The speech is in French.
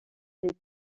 les